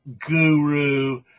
guru